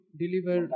deliver